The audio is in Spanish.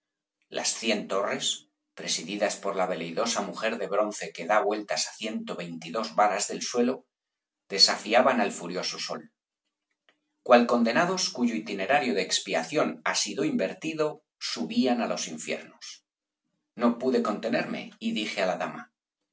las cien torres presididas por la veleidosa mujer de bronce que da vueltas á ciento veintidós varas del suelo desafiaban al furioso sol cual condenados cuyo itinerario de expiación ha sido invertido subían á los infiernos no pude contenerme y dije á la dama